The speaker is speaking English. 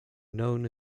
known